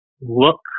look